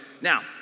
now